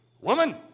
woman